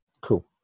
cool